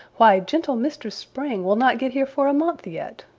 why, gentle mistress spring will not get here for a month yet!